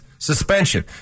Suspension